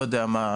לא יודע מה,